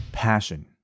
passion